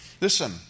Listen